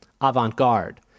avant-garde